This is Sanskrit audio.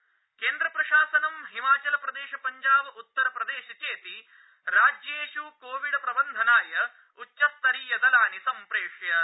सेन्ट्रल टीम्स केन्द्रप्रशासनं हिमाचल प्रदेश पञ्जाब उत्तर प्रदेश चेति राज्येष् कोविड प्रबन्धनाय उच्चस्तरीय दलानि सम्प्रेषयत्